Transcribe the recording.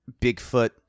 Bigfoot